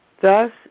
Thus